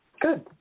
good